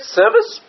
service